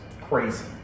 crazy